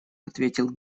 ответил